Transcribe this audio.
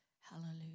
Hallelujah